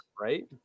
right